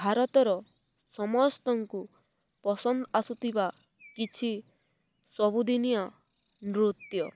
ଭାରତର ସମସ୍ତଙ୍କୁ ପସନ୍ଦ ଆସୁଥିବା କିଛି ସବୁଦିନିଆ ନୃତ୍ୟ